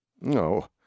No